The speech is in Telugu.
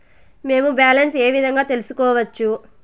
మేము బ్యాలెన్స్ ఏ విధంగా తెలుసుకోవచ్చు?